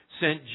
sent